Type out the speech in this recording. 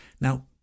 Now